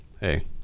hey